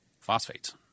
phosphates